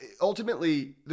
Ultimately